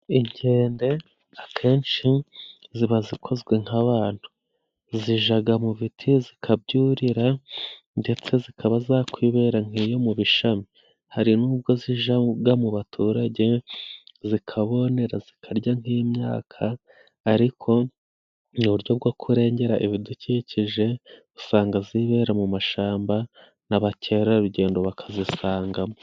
Inkende akenshi ziba zikozwe nk'abantu, zijaga mu biti zikabyurira ndetse zikaba zakwibera nk'iyo mu bishami, hari n'ubwo zijaga mu baturage zikabonera zikarya nk'imyaka ariko mu buryo bwo kurengera ibidukikije, usanga zibera mu mashamba n'abakerarugendo bakazisangamo.